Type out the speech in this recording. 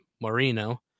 Moreno